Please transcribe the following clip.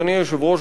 אדוני היושב-ראש,